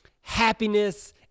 happiness